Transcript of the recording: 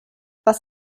was